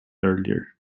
earlier